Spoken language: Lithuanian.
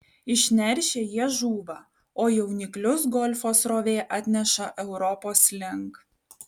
išneršę jie žūva o jauniklius golfo srovė atneša europos link